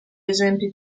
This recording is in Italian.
esempi